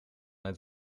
het